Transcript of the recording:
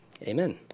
Amen